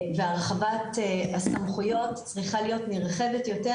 והרחבת הסמכויות צריכה להיות נרחבת יותר,